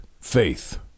Faith